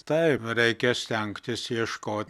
taip reikia stengtis ieško